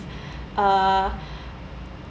uh